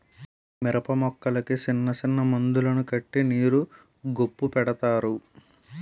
మిరపమొక్కలకి సిన్నసిన్న మందులను కట్టి నీరు గొప్పు పెడతారు